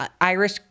Irish